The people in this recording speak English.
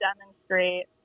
demonstrate